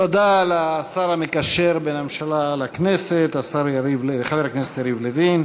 תודה לשר המקשר בין הממשלה לכנסת חבר הכנסת יריב לוין.